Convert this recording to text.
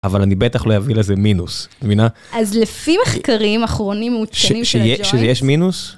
אבל אני בטח לא אביא לזה מינוס, את מבינה? אז לפי מחקרים אחרונים מעודכנים של הג'וינט... שיש מינוס?